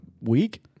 week